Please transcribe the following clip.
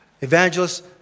evangelists